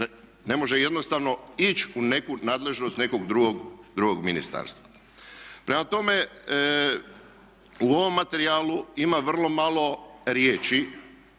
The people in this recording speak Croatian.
ne može jednostavno ići u neku nadležnost nekog drugog ministarstva. Prema u ovom materijalu ima vrlo malo riječi